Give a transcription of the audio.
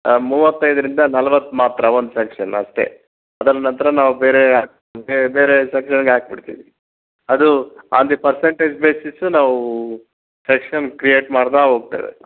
ಮೂವತ್ತೈದರಿಂದ ನಲ್ವತ್ತು ಮಾತ್ರ ಒಂದು ಸೆಕ್ಷನ್ ಅಷ್ಟೇ ಅದರ ನಂತರ ನಾವು ಬೇರೆ ಬೇರೆ ಬೇರೆ ಸೆಕ್ಷನ್ಗೆ ಹಾಕಿಬಿಡ್ತೀವಿ ಅದೂ ಆನ್ ದಿ ಪರ್ಸೆಂಟೇಜ್ ಬೇಸಿಸು ನಾವು ಸೆಕ್ಷನ್ ಕ್ರಿಯೇಟ್ ಮಾಡ್ತಾ ಹೋಗ್ತೇವೆ